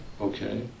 Okay